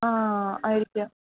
ആ ആയിരിക്കും